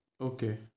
Okay